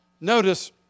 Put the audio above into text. notice